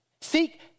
Seek